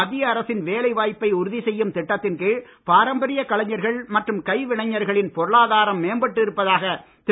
மத்திய அரசின் வேலை வாய்ப்பை உறுதி செய்யும் திட்டத்தின்கீழ் பாரம்பரிய கலைஞர்கள் மற்றும் கைவினைஞர்களின் பொருளாதாரம் மேம்பட்டு இருப்பதாக திரு